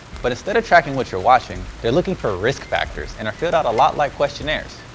but instead of tracking what you're watching, they're looking for risk factors and are filled out a lot like questionnaires.